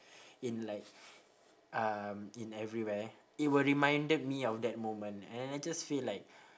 in like um in everywhere it will reminded me of that moment and and I just feel like